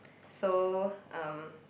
so um